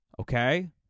Okay